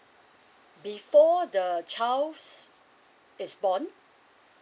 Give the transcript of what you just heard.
before the child's is born